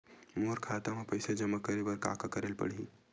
मोर खाता म पईसा जमा करे बर का का करे ल पड़हि?